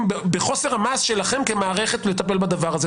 בחוסר המעש שלכם כמערכת לטפל בדבר הזה.